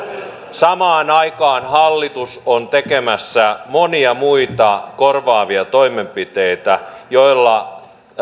samaan aikaan hallitus on tekemässä monia muita korvaavia toimenpiteitä joilla